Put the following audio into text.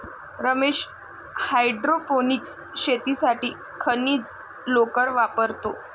Ramesh hydroponics शेतीसाठी खनिज लोकर वापरतो